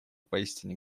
поистине